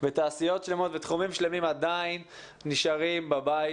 ותעשיות שלמות ותחומים שלמים עדיין נשארים בבית.